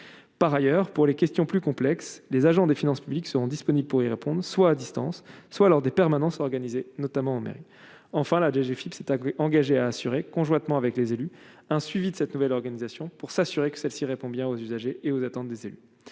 par ailleurs, pour les questions plus complexes, les agents des finances publiques seront disponibles pour y répondre, soit à distance soit lors des permanences organisées notamment, mais enfin la DGFIP s'était engagé à assurer conjointement avec les élus, un suivi de cette nouvelle organisation pour s'assurer que celle-ci répond bien aux usagers et aux attentes des élus